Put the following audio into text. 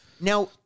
Now